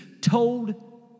told